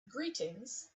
greetings